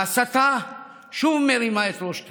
ההסתה שוב מרימה את ראשה